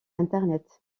internet